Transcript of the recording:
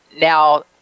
now